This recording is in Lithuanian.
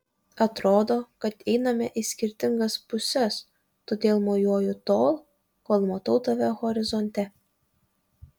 atrodo kad einame į skirtingas puses todėl mojuoju tol kol matau tave horizonte